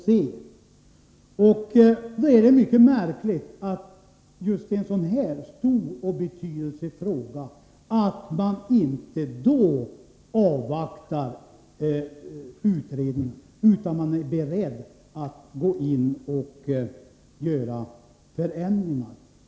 Det är mycket märkligt att man just i en så här stor och betydelsefull fråga inte avvaktar utredningen utan är beredd att gå in och göra förändringar.